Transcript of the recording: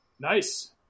nice